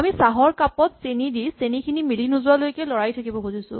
আমি চাহৰ কাপত চেনি দি চেনি খিনি মিলি নোযোৱালৈকে লৰাই থাকিব খুজিছো